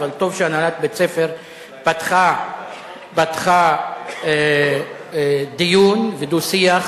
אבל טוב שהנהלת בית-הספר פתחה דיון ודו-שיח